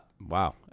wow